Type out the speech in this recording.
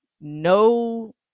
no